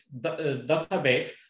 database